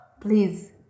please